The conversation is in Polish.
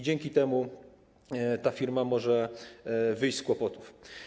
Dzięki temu ta firma może wyjść z kłopotów.